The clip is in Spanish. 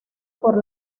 por